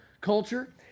culture